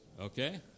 Okay